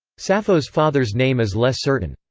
sappho's father's name is less certain.